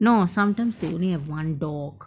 no sometimes they only have one dog